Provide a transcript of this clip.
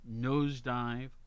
nosedive